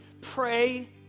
pray